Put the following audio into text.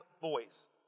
voice